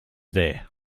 there